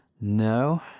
No